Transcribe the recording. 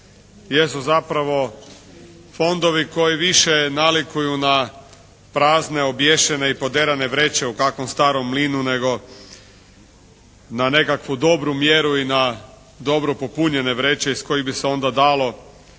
jesu zapravo fondovi koji više nalikuju na prazne obješene i poderane vreće u kakvom starom mlinu nego na nekakvu dobru mjeru i na dobro popunjene vreće iz kojih bi se onda dalo